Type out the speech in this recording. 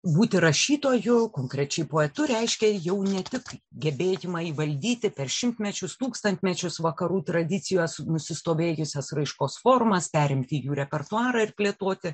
būti rašytoju konkrečiai poetu reiškia jau ne tik gebėjimą įvaldyti per šimtmečius tūkstantmečius vakarų tradicijos nusistovėjusias raiškos formas perimti jų repertuarą ir plėtoti